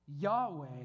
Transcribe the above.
Yahweh